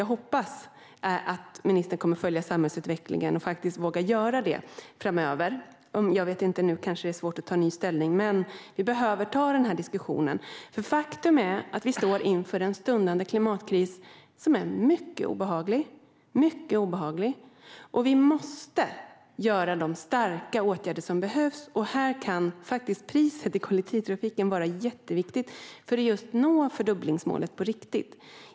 Jag hoppas att ministern kommer att följa samhällsutvecklingen och våga göra det framöver. Det kanske är svårt att ta ny ställning, men vi behöver ta denna diskussion. Faktum är att vi står inför en stundande klimatkris som är mycket obehaglig. Vi måste vidta de starka åtgärder som behövs, och här kan priset i kollektivtrafiken vara viktigt för att verkligen nå fördubblingsmålet.